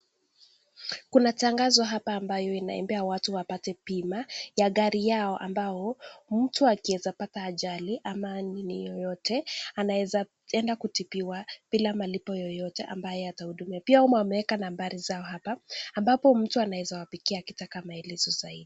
Kuna tangazo hapa watu wachukue bima ya gari yao ambao mtu akiezapata ajali ama nini yoyote bila malipo yoyote atakayotibiwa. Pia wameweka nambari zao hapa, ambayo mtu anaweza wapigia akitaka maelezo zadi.